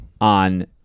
on